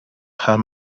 her